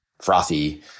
frothy